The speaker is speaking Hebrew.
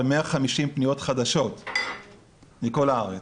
על 150 פניות חדשות מכל הארץ.